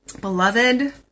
beloved